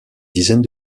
dizaine